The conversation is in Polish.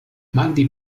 mahdi